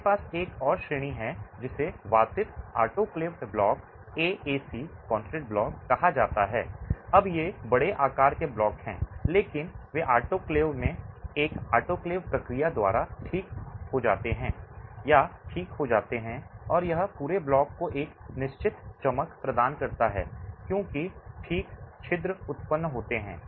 आपके पास एक और श्रेणी है जिसे वातित autoclaved block AAC concrete block कहा जाता है अब ये बड़े आकार के ब्लॉक हैं लेकिन वे आटोक्लेव में एक ऑटोक्लेव प्रक्रिया द्वारा ठीक हो जाते हैं या ठीक हो जाते हैं और यह पूरे ब्लॉक को एक निश्चित चमक प्रदान करता है क्योंकि ठीक छिद्र उत्पन्न होते हैं